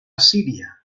assíria